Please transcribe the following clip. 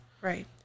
right